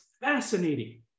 fascinating